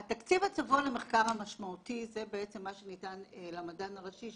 התקציב הצבוע למחקר המשמעותי זה בעצם מה שניתן למדען הראשי,